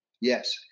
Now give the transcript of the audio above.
Yes